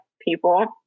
people